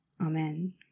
Amen